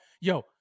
Yo